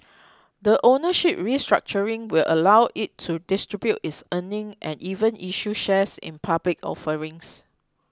the ownership restructuring will allow it to distribute its earnings and even issue shares in public offerings